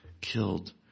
killed